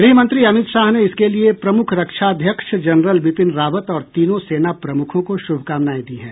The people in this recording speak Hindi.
गृहमंत्री अमित शाह ने इसके लिए प्रमुख रक्षा अध्यक्ष जनरल बिपिन रावत और तीनों सेना प्रमुखों को शुभकामनाएं दी हैं